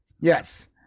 yes